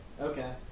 Okay